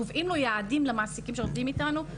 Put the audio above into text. קובעים יעדים למעסיקים שעובדים איתנו,